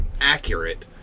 accurate